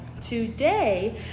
Today